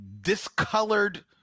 discolored